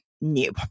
new